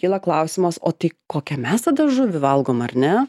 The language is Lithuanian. kyla klausimas o tai kokią mes tada žuvį valgom ar ne